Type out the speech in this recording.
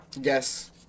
Yes